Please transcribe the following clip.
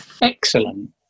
excellent